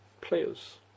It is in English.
players